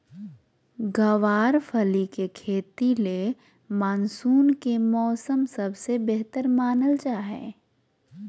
गँवार फली के खेती ले मानसून के मौसम सबसे बेहतर मानल जा हय